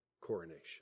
coronation